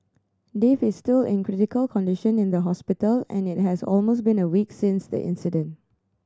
Dave is still in critical condition in the hospital and it has almost been one week since the incident